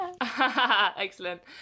Excellent